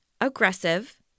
aggressive